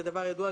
זה דבר ידוע,